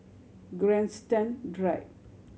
Grandstand Drive